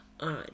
on